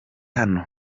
hano